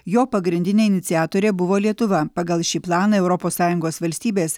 jo pagrindinė iniciatorė buvo lietuva pagal šį planą europos sąjungos valstybės